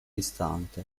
istante